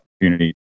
opportunity